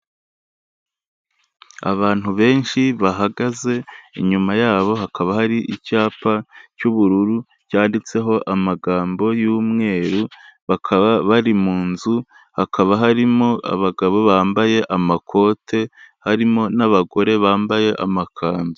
Abantu benshi bahagaze, inyuma yabo hakaba hari icyapa cy'ubururu cyanditseho amagambo y'umweru, bakaba bari mu nzu, hakaba harimo abagabo bambaye amakote, harimo n'abagore bambaye amakanzu.